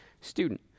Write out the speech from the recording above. student